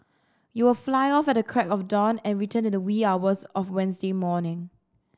you'll fly off at the crack of dawn and return in the wee hours of Wednesday morning